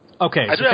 okay